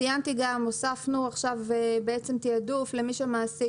הוספנו עכשיו תיעדוף למי שמעסיק